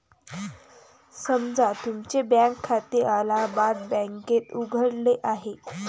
समजा तुमचे बँक खाते अलाहाबाद बँकेत उघडले आहे